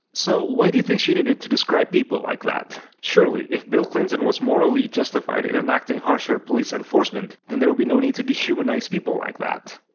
so why do you think she needed to describe people like that? surely if bill clinton was morally justified in enacting harsher police enforcement, then there would be no need to dehumanize people like that.